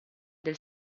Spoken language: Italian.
del